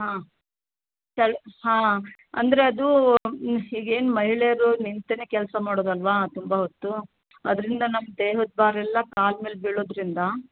ಆಂ ಹಾಂ ಅಂದರೆ ಅದು ಈಗ ಈಗೇನು ಮಹಿಳೆಯರು ನಿಂತೆನೇ ಕೆಲಸ ಮಾಡೋದು ಅಲ್ಲವಾ ತುಂಬ ಹೊತ್ತು ಅದರಿಂದ ನಮ್ಮ ದೇಹದ ಭಾರ ಎಲ್ಲ ಕಾಲ ಮೇಲೆ ಬೀಳೋದರಿಂದ